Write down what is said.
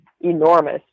enormous